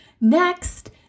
Next